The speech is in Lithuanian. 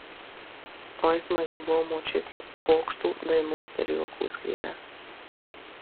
oi smagi buvo močiutė pokštų dainų ir juokų skrynia